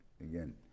Again